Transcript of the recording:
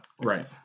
Right